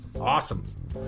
Awesome